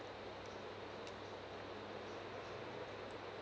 so